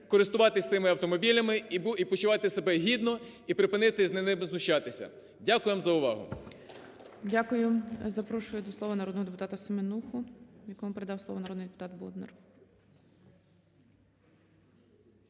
користуватися цими автомобілями і почувати себе гідно, і припинити над ними знущатися. Дякуємо вам за увагу.